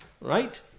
right